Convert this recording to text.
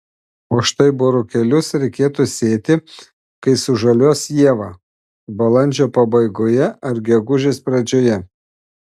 o štai burokėlius reikėtų sėti kai sužaliuos ieva balandžio pabaigoje ar gegužės pradžioje